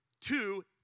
Two